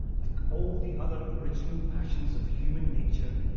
like all the other original passions of human nature,